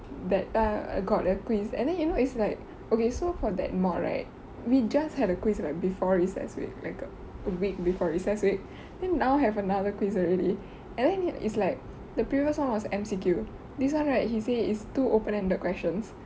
that time I got a quiz and then you know it's like okay so for that mod right we just had a quiz like before recess week like a week before recess week then now have another quiz already and then it's like the previous one was M_C_Q this one right he say is two open ended questions